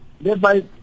thereby